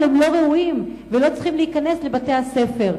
הם לא ראויים ולא צריכים להיכנס לבתי-הספר.